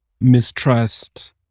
mistrust